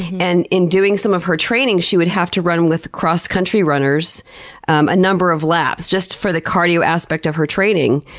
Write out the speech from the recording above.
and in doing some of her training she would have to run with the cross country runners a number of laps, just for the cardio aspect of her training.